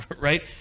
right